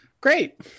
Great